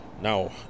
Now